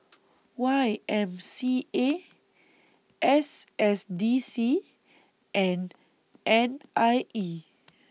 Y M C A S S D C and N I E